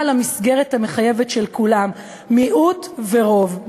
על המסגרת המחייבת של כולם: מיעוט ורוב,